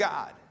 God